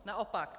Naopak.